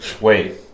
Wait